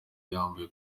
yambaye